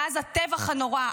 מאז הטבח הנורא,